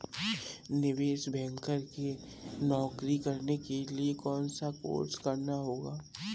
निवेश बैंकर की नौकरी करने के लिए कौनसा कोर्स करना होगा?